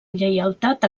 lleialtat